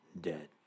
dead